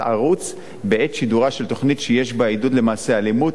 ערוץ בעת שידורה של תוכנית שיש בה עידוד למעשי אלימות,